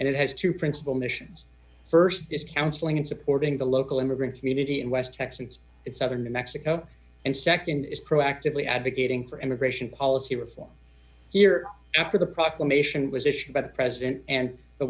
and it has two principal missions st is counseling and supporting the local immigrant community in west texas and southern new mexico and nd is proactively advocating for immigration policy reform year after the proclamation was issued by the president and the